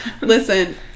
listen